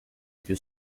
più